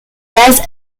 base